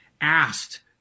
asked